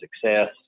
success